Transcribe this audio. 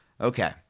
okay